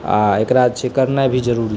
आ एकरा छै करनाय भी जरूरी